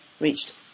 reached